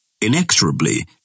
Inexorably